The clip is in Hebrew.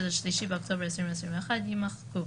של ה-3/10/2021 ימחקו.